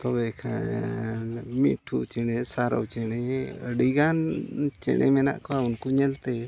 ᱛᱚᱵᱮ ᱠᱷᱟᱱ ᱢᱤᱴᱷᱩ ᱪᱮᱬᱮ ᱥᱟᱨᱚ ᱪᱮᱬᱮ ᱤᱭᱟᱹ ᱟᱹᱰᱤ ᱜᱟᱱ ᱪᱮᱬᱮ ᱢᱮᱱᱟᱜ ᱠᱚᱣᱟ ᱩᱱᱠᱩ ᱧᱮᱞ ᱛᱮ